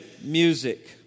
music